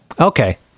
Okay